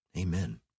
Amen